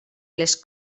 les